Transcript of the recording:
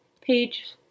page